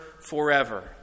forever